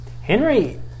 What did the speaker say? Henry